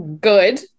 Good